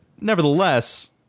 nevertheless